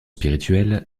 spirituelle